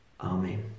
Amen